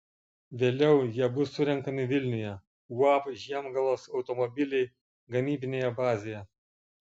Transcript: vėliau jie bus surenkami vilniuje uab žiemgalos automobiliai gamybinėje bazėje